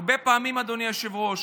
הרבה פעמים, אדוני היושב-ראש,